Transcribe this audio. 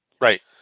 Right